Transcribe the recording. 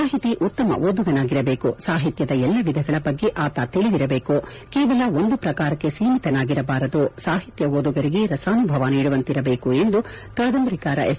ಸಾಹಿತಿ ಉತ್ತಮ ಓದುಗನಾಗಿರಬೇಕು ಸಾಹಿತ್ಯದ ಎಲ್ಲ ವಿಧಗಳ ಬಗ್ಗೆ ಆತ ತಿಳಿದಿರಬೇಕು ಕೇವಲ ಒಂದು ಪ್ರಕಾರಕ್ಕೆ ಸೀಮಿತನಾಗಿರಬಾರದು ಸಾಹಿತ್ಯ ಓದುಗರಿಗೆ ರಸಾನುಭವ ನೀಡುವಂತಿರದೇಕು ಎಂದು ಕಾದಂಬರಿಕಾರ ಎಸ್